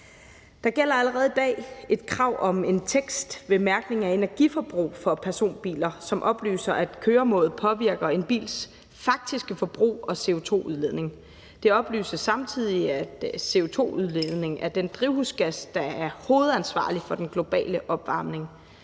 Der gælder allerede i dag et krav om en tekst ved mærkning af energiforbrug for personbiler, som oplyser om, at køremåde påvirker en bils faktiske forbrug og CO2-udledning. Der oplyses samtidig om, at CO2-udledningen er den drivhusgas, der er hovedansvarlig for den globale opvarmning.